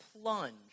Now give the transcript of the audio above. plunge